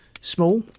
Small